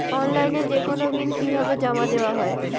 অনলাইনে যেকোনো বিল কিভাবে জমা দেওয়া হয়?